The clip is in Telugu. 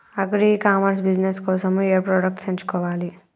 అగ్రి ఇ కామర్స్ బిజినెస్ కోసము ఏ ప్రొడక్ట్స్ ఎంచుకోవాలి?